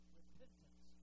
repentance